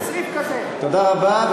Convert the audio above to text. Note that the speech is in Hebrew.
תודה רבה.